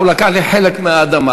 הוא לקח לי חלק מהאדמה.